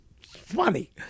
funny